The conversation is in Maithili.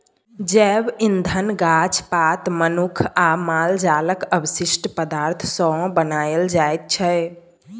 जैब इंधन गाछ पात, मनुख आ माल जालक अवशिष्ट पदार्थ सँ बनाएल जाइ छै